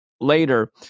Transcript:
later